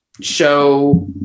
show